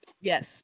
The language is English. Yes